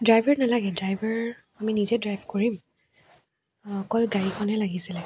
driver নালাগে driver আমি নিজে ড্ৰাইভ কৰিম অকল গাড়ীখনহে লাগিছিলে